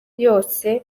yose